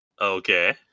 Okay